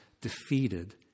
defeated